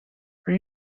are